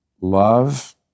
love